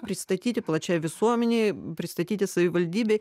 pristatyti plačiai visuomenei pristatyti savivaldybei